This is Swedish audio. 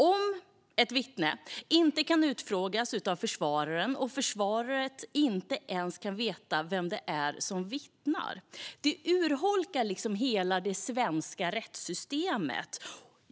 Om ett vittne inte kan utfrågas av försvararen, och försvaret inte ens kan veta vem det är som vittnar, urholkas hela det svenska rättssystemet.